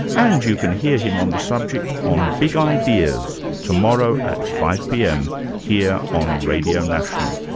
and you can hear him on the subject on big ideas tomorrow at five pm, here on radio national